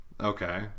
Okay